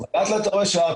ואז הכול מתנקה.